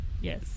Yes